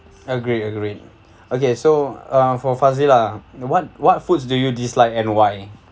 agreed agreed okay so um for fazilah what what foods do you dislike and why